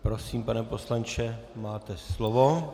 Prosím, pane poslanče, máte slovo.